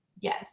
yes